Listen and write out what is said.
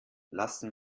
lassen